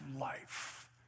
life